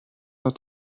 hat